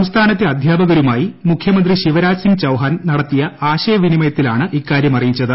സംസ്ഥാനത്തെ അധ്യാപകരുമായി മുഖ്യമന്ത്രി ശിവരാജ് സിങ് ചൌഹാൻ നടത്തിയ ആശയവിനിമയത്തിൽ ആണ് ഇക്കാര്യം അറിയിച്ചത്